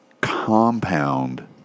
compound